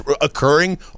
occurring